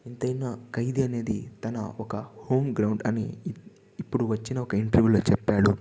ఎంతైనా ఖైదీ అనేది తన ఒక హోం గ్రౌండ్ అనేది ఇప్పుడు వచ్చిన ఒక ఇంటర్వ్యూలో చెప్పాడు